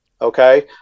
Okay